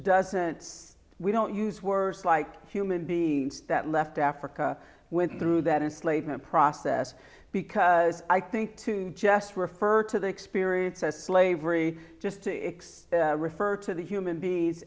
doesn't we don't use words like human beings that left africa went through that enslavement process because i think to just refer to the experience as slavery just to extend refer to the human beings